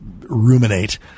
ruminate